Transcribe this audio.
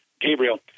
Gabriel